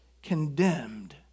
Condemned